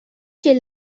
she